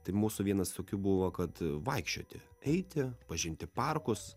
tai mūsų vienas tokių buvo kad vaikščioti eiti pažinti parkus